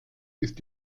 ist